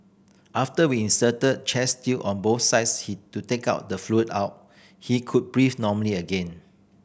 after we inserted chest tube on both sides he to take out the fluid out he could breathe normally again